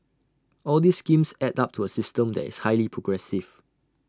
all these schemes add up to A system that is highly progressive